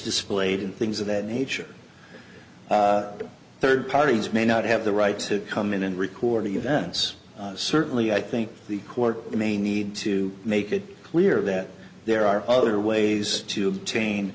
displayed and things of that nature third parties may not have the right to come in and record the events certainly i think the court may need to make it clear that there are other ways to obtain